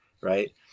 Right